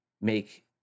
make